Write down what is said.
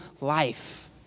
life